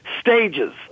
stages